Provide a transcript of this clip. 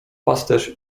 pasterz